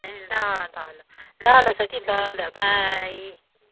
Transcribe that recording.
ए ल ल ल ल ल साथी ल ल बाई